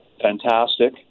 fantastic